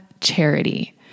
charity